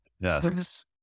Yes